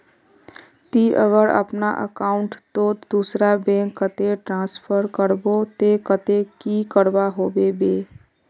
ती अगर अपना अकाउंट तोत दूसरा बैंक कतेक ट्रांसफर करबो ते कतेक की करवा होबे बे?